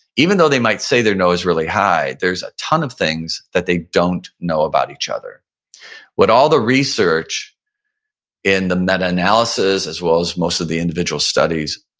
even though they might say their know is really high, there's a ton of things that they don't know about each other what all the research in the meta analysis as well as most of the individual studies,